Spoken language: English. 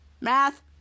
Math